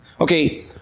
Okay